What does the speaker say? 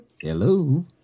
Hello